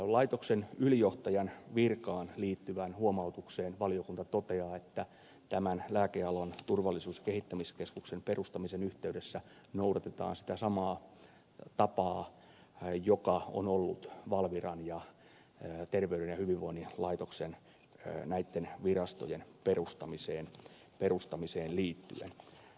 laitoksen ylijohtajan virkaan liittyvään huomautukseen valiokunta toteaa että tämän lääkealan turvallisuus ja kehittämiskeskuksen perustamisen yhteydessä noudatetaan sitä samaa tapaa joka on ollut valviran ja terveyden ja hyvinvoinnin laitoksen perustamiseen liittyen